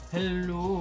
Hello